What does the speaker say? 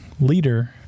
leader